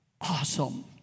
awesome